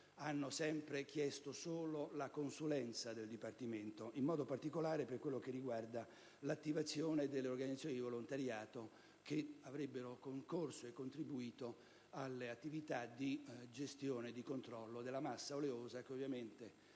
hanno sempre chiesto solo la consulenza del Dipartimento, in modo particolare per quanto riguarda l'attivazione delle organizzazioni di volontariato che avrebbero concorso alle attività di gestione e di controllo della massa oleosa che da